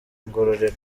ngororero